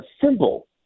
simple